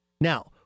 Now